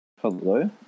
Hello